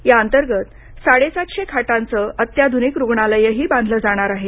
या अंतर्गत साडे सातशे खाटांचं अत्याधुनिक रुग्णालयही बांधलं जाणार आहे